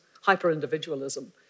hyper-individualism